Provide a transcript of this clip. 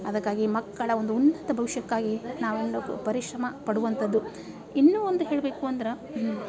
ಅದಕ್ಕಾಗಿ ಮಕ್ಕಳ ಒಂದು ಉನ್ನತ ಭವಿಷ್ಯಕ್ಕಾಗಿ ನಾವು ಪರಿಶ್ರಮ ಪಡುವಂಥದ್ದು ಇನ್ನೂ ಒಂದು ಹೇಳಬೇಕು ಅಂದ್ರೆ